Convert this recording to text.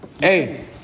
Hey